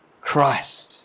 Christ